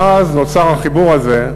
ואז נוצר החיבור הזה,